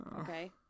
Okay